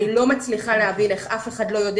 אני לא מצליחה להבין איך אף אחד לא יודע